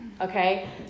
okay